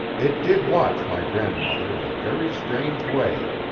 it did watch my grandmother in a very strange way,